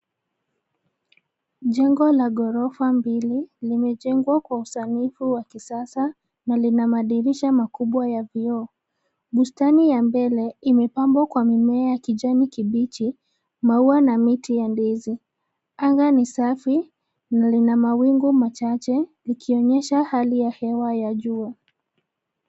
Jengo la ngorofa mbili limejengwa kwa usanifu wa kisasa na lina madirisha makubwa ya vioo. Bustani ya mbele imepambwa kwa mimea ya kijani kibichi, maua na miti ya ndizi. Anga ni safi na lina mawingu machache ikionyesha hali ya hewa ya jua.